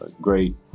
great